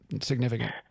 significant